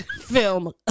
film